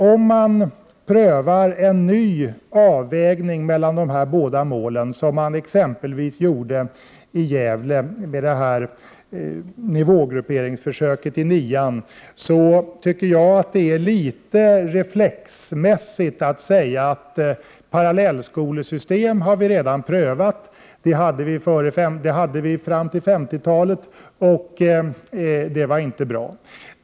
Om man prövar en ny avvägning mellan dessa båda mål, vilket man exempelvis gjorde i Gävle med nivågrupperingsförsöket i 9-an, tycker jag att det är litet reflexmässigt att säga att vi redan har prövat ett parallellskolesystem. Ett sådant hade vi fram till 1950-talet, och det var inte bra.